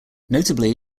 notably